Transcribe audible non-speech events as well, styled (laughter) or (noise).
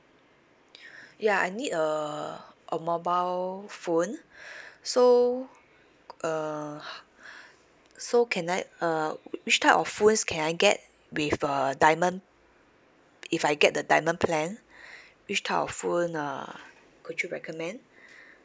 (breath) ya I need a a mobile phone (breath) so uh h~ (breath) so can I uh which type of phones can I get with a diamond if I get the diamond plan (breath) which type of phone uh could you recommend (breath)